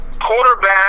Quarterback